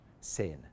sin